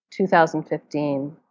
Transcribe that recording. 2015